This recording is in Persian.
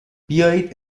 بیایید